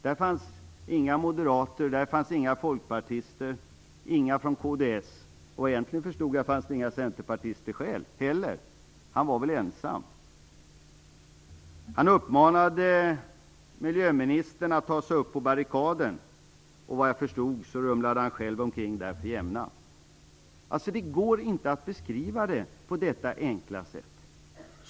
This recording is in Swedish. Där fanns inga moderater, inga folkpartister, inga från kds, och såvitt jag förstod fanns det inte heller några centerpartister, utan han var väl ensam. Han uppmanade miljöministern att ta sig upp på barrikaden, och såvitt jag förstod så rumlade han själv omkring där för jämnan. Men det går inte att beskriva det på detta enkla sätt.